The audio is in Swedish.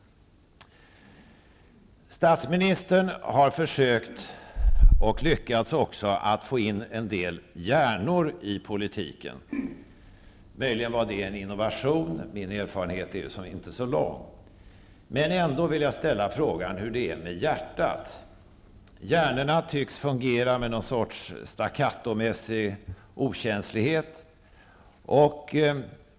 Statsministern har försökt, och lyckats, att få in en del hjärnor i politiken. Möjligen var det en innovation -- min erfarenhet är inte så lång. Ändå vill jag ställa frågan hur det är med hjärtat. Hjärnorna tycks fungera med någon sorts stackatomässig okänslighet.